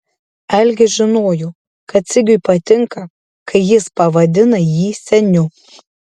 algis žinojo kad sigiui patinka kai jis pavadina jį seniu